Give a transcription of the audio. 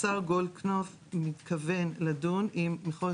השר גולדקנופ מתכוון לדון עם מחוז